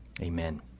amen